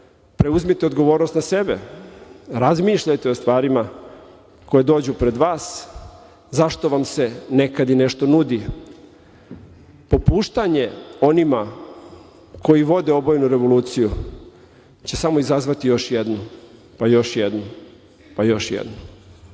preuzmite odgovornost na sebe, razmišljajte o stvarima koje dođu pred vas, zašto vam se nekada nešto i nudi. Popuštanje onima koji vode obojenu revoluciju će samo izazvati samo jednu, pa još jednu, pa još jednu. Mi